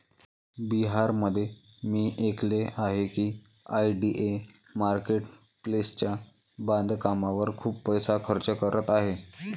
बिहारमध्ये मी ऐकले आहे की आय.डी.ए मार्केट प्लेसच्या बांधकामावर खूप पैसा खर्च करत आहे